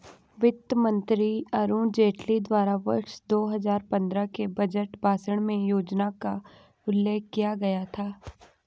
वित्त मंत्री अरुण जेटली द्वारा वर्ष दो हजार पन्द्रह के बजट भाषण में योजना का उल्लेख किया गया था